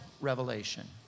revelation